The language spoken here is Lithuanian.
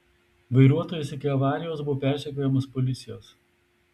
vairuotojas iki avarijos buvo persekiojamas policijos